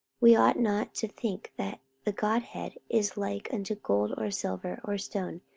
we ought not to think that the godhead is like unto gold, or silver, or stone,